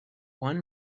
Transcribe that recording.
one